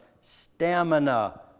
stamina